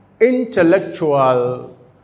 intellectual